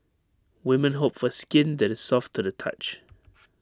women hope for skin that is soft to the touch